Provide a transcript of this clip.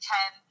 Ten